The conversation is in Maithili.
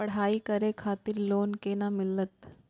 पढ़ाई करे खातिर लोन केना मिलत?